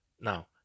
Now